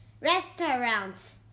restaurants